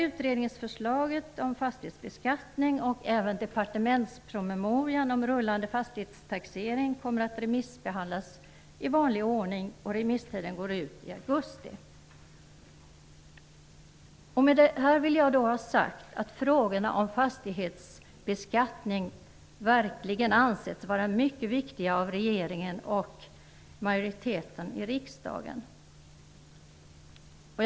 Utredningsförslaget om fastighetsbeskattning och även departementspromemorian om rullande fastighetstaxering kommer att remissbehandlas i vanlig ordning, och remisstiden går ut i augusti. Med det här vill jag ha sagt att frågorna om fastighetsbeskattning av regeringen och majoriteten i riksdagen verkligen har ansetts vara mycket viktiga.